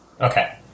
Okay